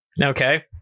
Okay